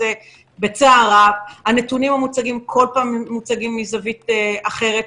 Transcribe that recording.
הנתונים מוצגים כל פעם מזווית אחרת,